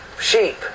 Sheep